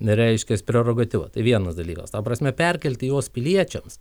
reiškias prerogatyva tai vienas dalykas ta prasme perkelti juos piliečiams